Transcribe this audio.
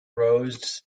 roads